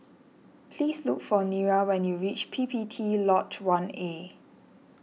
please look for Nira when you reach P P T Lodge one A